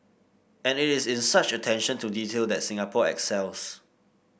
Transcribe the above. and it is in such attention to detail that Singapore excels